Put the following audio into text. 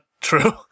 true